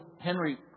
Henry